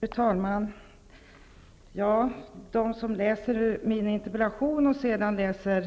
Fru talman! De som läser min interpellation och sedan läser